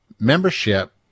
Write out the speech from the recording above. membership